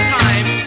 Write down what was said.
time